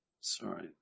Sorry